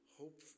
hope